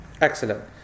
Excellent